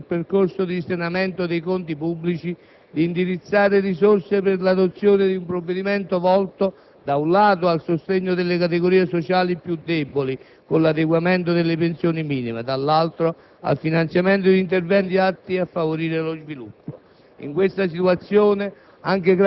Questo permette, pur nel rispetto del percorso di risanamento dei conti pubblici, di indirizzare risorse per l'adozione di un provvedimento volto, da un lato, al sostegno delle categorie sociali più deboli con l'adeguamento delle pensioni minime e, dall'altro, al finanziamento di interventi atti a favorire lo sviluppo.